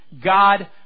God